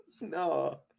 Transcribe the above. No